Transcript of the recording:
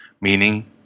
meaning